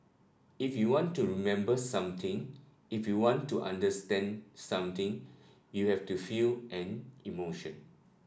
if you want to remember something if you want to understand something you have to feel an emotion